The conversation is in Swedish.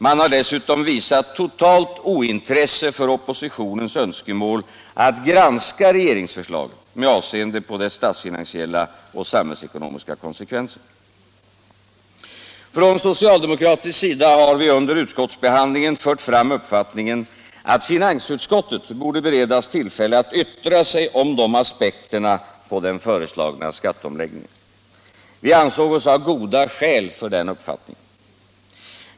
Man har dessutom visat totalt ointresse för oppositionens önskemål att granska regeringsförslaget med avseende på dess statsfinansiella och samhällsekonomiska konsekvenser. Från socialdemokratisk sida har vi under utskottsbehandlingen fört fram uppfattningen att finansutskottet borde beredas tillfälle att yttra sig om de aspekterna på den föreslagna skatteomläggningen. Vi ansåg oss ha goda skäl för den uppfattningen.